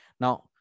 Now